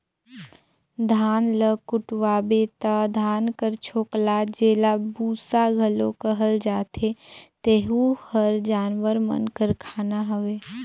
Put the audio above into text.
धान ल कुटवाबे ता धान कर छोकला जेला बूसा घलो कहल जाथे तेहू हर जानवर मन कर खाना हवे